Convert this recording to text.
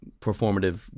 performative